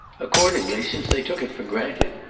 accordingly, since they took it for granted,